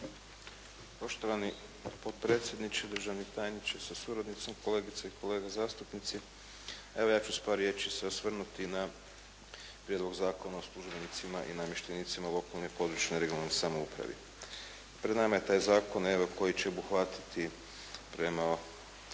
Poštovani potpredsjedniče, državni tajniče sa suradnicom, kolegice i kolege zastupnici. Evo ja ću se sa par riječi osvrnuti na prijedlog zakona o službenicima i namještenicima lokalne i područne (regionalne) samouprave. Pred nama je taj zakon koji će obuhvatiti prema